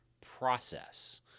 process